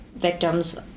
victims